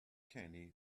kenny